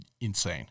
insane